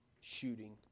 shooting